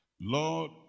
lord